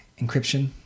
encryption